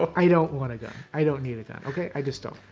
but i don't want a gun. i don't need a gun, okay? i just don't.